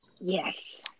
Yes